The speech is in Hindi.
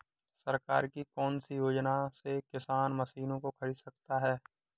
सरकार की कौन सी योजना से किसान मशीनों को खरीद सकता है?